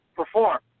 perform